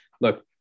look